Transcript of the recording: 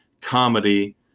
Comedy